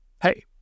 hey